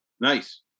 nice